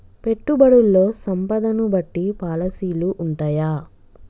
పెట్టుబడుల్లో సంపదను బట్టి పాలసీలు ఉంటయా?